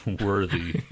Worthy